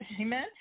Amen